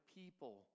people